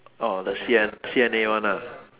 orh the C_N C_N_A [one] ah